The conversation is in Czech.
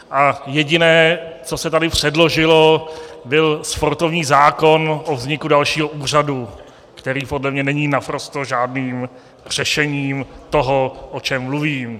A jediné, co se tady předložilo, byl sportovní zákon o vzniku dalšího úřadu, který podle mě není naprosto žádným řešením toho, o čem mluvím.